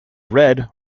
red